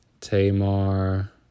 Tamar